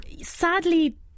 Sadly